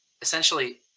essentially